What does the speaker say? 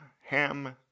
Ham